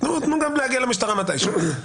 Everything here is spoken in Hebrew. תנו לי גם להגיע למשטרה מתי שהוא.